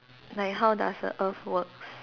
like how does the earth works